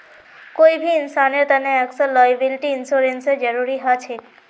कोई भी इंसानेर तने अक्सर लॉयबिलटी इंश्योरेंसेर जरूरी ह छेक